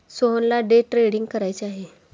सोहनला day trading करायचे आहे